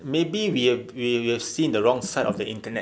maybe we we we have seen the wrong side of the internet